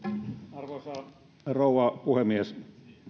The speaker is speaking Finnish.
arvoisa rouva puhemies